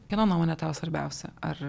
kieno nuomonė tau svarbiausia ar